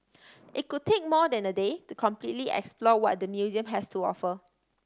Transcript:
it could take more than a day to completely explore what the museum has to offer